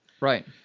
Right